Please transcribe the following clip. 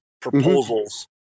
proposals